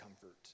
comfort